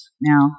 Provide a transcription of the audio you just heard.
now